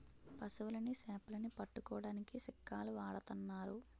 పశువులని సేపలని పట్టుకోడానికి చిక్కాలు వాడతన్నారు